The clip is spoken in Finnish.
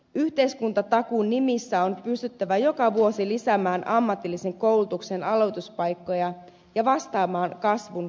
yhteiskuntatakuun nimissä on pystyttävä joka vuosi lisäämään ammatillisen koulutuksen aloituspaikkoja ja vastaamaan kysynnän kasvuun